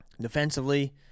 defensively